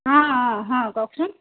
অঁ অঁ হয় কওকচোন